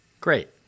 Great